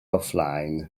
offline